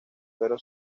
pero